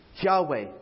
Yahweh